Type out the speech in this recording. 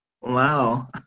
Wow